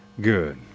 Good